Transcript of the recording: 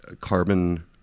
carbon